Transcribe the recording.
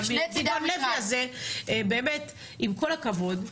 גדעון לוי הזה באמת עם כל הכבוד,